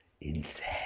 insane